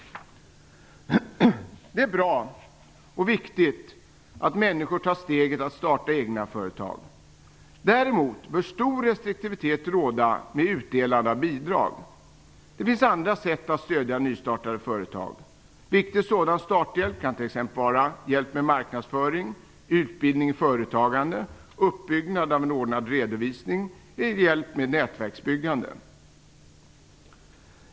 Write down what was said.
Det är bra och viktigt att människor tar steget att starta egna företag. Däremot bör stor restriktivitet råda vid utdelande av bidrag. Det finns andra sätt att stödja nystartade företag. Viktig sådan starthjälp kan t.ex. vara hjälp med marknadsföring, utbildning i företagande, uppbyggnad av en ordnad redovisning eller hjälp med nätverksbyggande.